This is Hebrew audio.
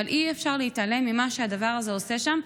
אבל אי-אפשר להתעלם ממה שהדבר הזה עושה שם.